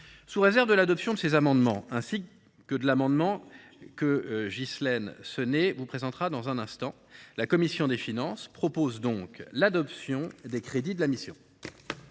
Sous réserve de l’adoption de ces amendements, ainsi que de l’amendement que Ghislaine Senée vous présentera dans un instant, la commission des finances propose l’adoption des crédits de la mission.